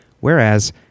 whereas